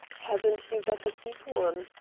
hadn't you better keep one?